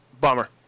bummer